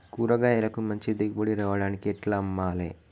కూరగాయలకు మంచి దిగుబడి రావడానికి ఎట్ల అమ్మాలే?